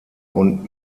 und